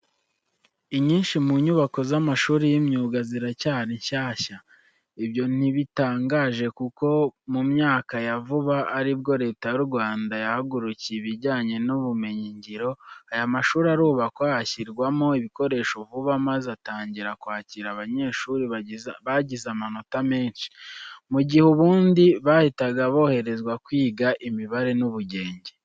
Inyinshi mu nyubako z'amashuri y'imyuga ziracyari nshyashya. Ibyo ntibitangaje kuko mu myaka ya vuba ari bwo Leta y'u Rwanda yahagurukiye ibijyanye n'ubumenyingiro, aya mashuri arubakwa, ashyirwamo ibikoresho vuba, maze atangira kwakira abanyeshuri bagize amanota menshi, mu gihe ubundi bahitaga boherezwa kwiga imibare n'ubugenge.